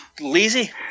lazy